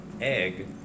egg